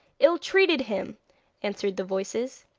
ill-treated him answered the voices.